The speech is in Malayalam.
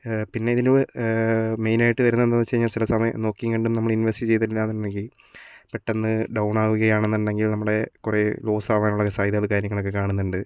പിന്നെ ഇതിനു മെയിനായിട്ട് വരുന്നത് എന്താണെന്നു വച്ചു കഴിഞ്ഞാൽ ചില സമയം നോക്കിയും കണ്ടും നമ്മൾ ഇൻവെസ്റ്റ് ചെയ്തിട്ടില്ലെന്നുണ്ടെങ്കിൽ പെട്ടെന്ന് ഡൗൺ ആവുകയാണെന്നുണ്ടെങ്കിൽ നമ്മുടെ കുറെ ലോസ്സ് ആവാനുള്ള സാധ്യതകൾ കാര്യങ്ങളൊക്കെ കാണുന്നുണ്ട്